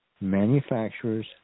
Manufacturer's